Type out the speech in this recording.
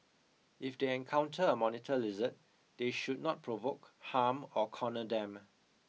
if they encounter a monitor lizard they should not provoke harm or corner them